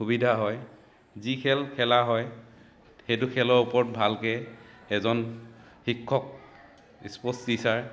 সুবিধা হয় যি খেল খেলা হয় সেইটো খেলৰ ওপৰত ভালকৈ এজন শিক্ষক স্প'ৰ্টচ টিচাৰ